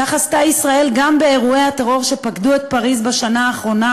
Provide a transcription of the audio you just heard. כך עשתה ישראל גם באירועי הטרור שפקדו את פריז בשנה האחרונה,